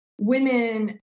women